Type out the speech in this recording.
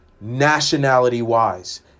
nationality-wise